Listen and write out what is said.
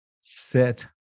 sit